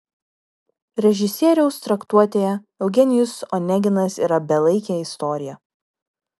režisieriaus traktuotėje eugenijus oneginas yra belaikė istorija